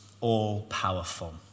all-powerful